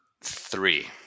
three